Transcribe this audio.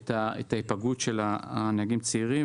את ההיפגעות של נהגים צעירים,